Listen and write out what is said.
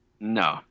no